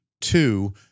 Two